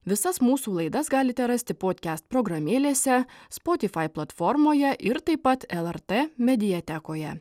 visas mūsų laidas galite rasti podkest programėlėse spotifai platformoje ir taip pat lrt mediatekoje